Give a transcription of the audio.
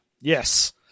Yes